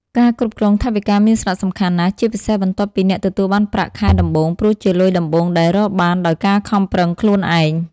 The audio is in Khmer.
ការគ្រប់គ្រងថវិកាមានសារៈសំខាន់ណាស់ ជាពិសេសបន្ទាប់ពីអ្នកទទួលបានប្រាក់ខែដំបូង ព្រោះជាលុយដំបូងដែលរកបានដោយការខំប្រឹងខ្លួនឯង។